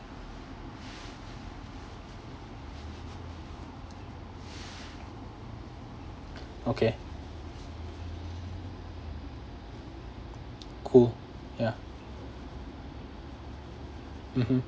okay cool yeah mmhmm